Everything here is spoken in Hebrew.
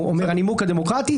הוא אומר "הנימוק הדמוקרטי",